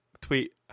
tweet